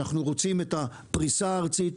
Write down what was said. אנחנו רוצים את הפריסה הארצית,